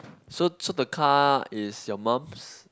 so so the car is your mum's